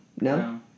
No